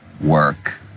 work